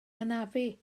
anafu